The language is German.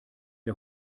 der